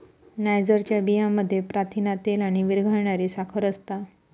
नायजरच्या बियांमध्ये प्रथिना, तेल आणि विरघळणारी साखर असता